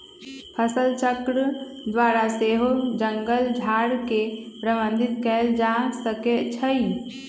फसलचक्र द्वारा सेहो जङगल झार के प्रबंधित कएल जा सकै छइ